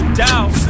down